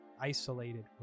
isolated